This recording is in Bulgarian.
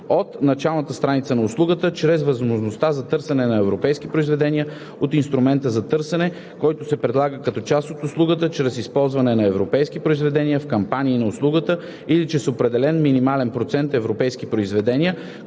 от началната страница на услугата, чрез възможността за търсене на европейски произведения от инструмента за търсене, който се предлага като част от услугата, чрез използването на европейски произведения в кампании на услугата или чрез определен минимален процент европейски произведения,